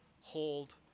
hold